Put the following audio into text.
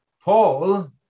Paul